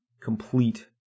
complete